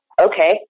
okay